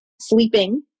sleeping